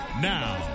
Now